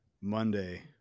Monday